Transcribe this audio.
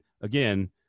again